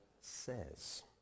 says